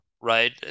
right